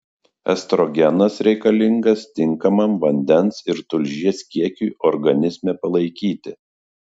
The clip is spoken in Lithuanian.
estrogenas reikalingas tinkamam vandens ir tulžies kiekiui organizme palaikyti